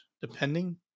depending